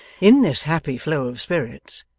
in this happy flow of spirits,